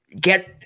get